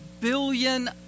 billion